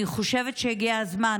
אני חושבת שהגיע הזמן